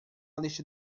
lista